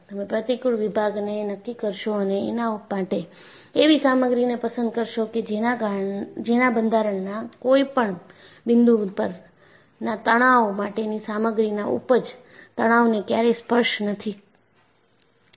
તમે પ્રતિકુળ વિભાગને નક્કી કરશો અને એના માટે એવી સામગ્રીને પસંદ કરશો કે જેના બંધારણના કોઈપણ બિંદુ પરના તણાવ માટેની સામગ્રીના ઊપજ તણાવને ક્યારેય સ્પર્શ નથી કરતુ